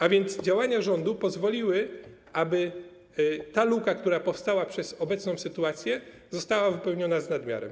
A więc działania rządu pozwoliły, aby ta luka, która powstała przez obecną sytuację, została wypełniona z nadmiarem.